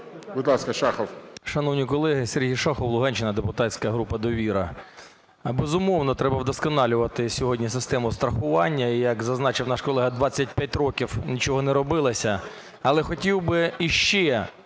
Будь ласка, Шахов.